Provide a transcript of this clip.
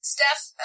Steph